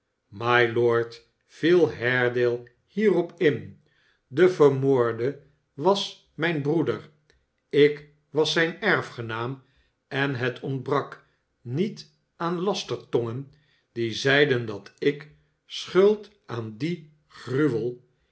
mylord viel haredale hierop in i de vermoorde was mijn broeder ik was zijn erfgenaam en het ontbrak niet aan lastertongen die zeiden dat ik schuld had aan dien gruwel